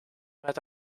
met